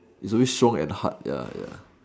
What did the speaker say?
it's always strong and hard ya ya